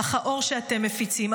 אך האור שאתם מפיצים,